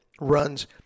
runs